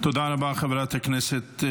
תודה רבה, חברת הכנסת.